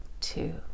two